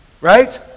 Right